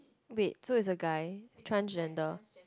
wait so is a guy transgender